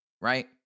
Right